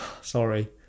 Sorry